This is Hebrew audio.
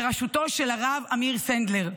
בראשותו של הרב אמיר סנדלר.